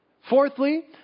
Fourthly